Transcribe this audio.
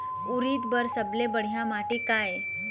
उरीद बर सबले बढ़िया माटी का ये?